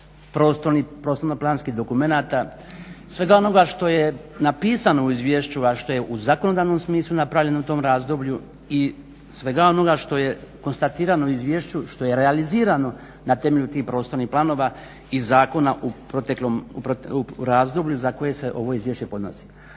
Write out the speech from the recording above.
prostorno-planskih dokumenata, svega onoga šta je napisano u izvješću a što je u zakonodavnom smislu napravljeno u tom razdoblju i svega onoga što je konstatirano u izvješću, što je realizirano na temelju tih prostornih planova i zakona u proteklom, razdoblju za koje se ovo izvješće podnosi.